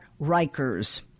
Rikers